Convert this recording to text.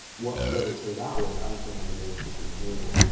what what it turned out was i just don't have the nervous system to handle it.